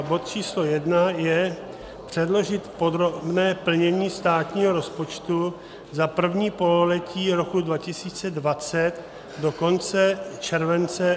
Bod číslo 1 je předložit podrobné plnění státního rozpočtu za první pololetí roku 2020 do konce července 2020.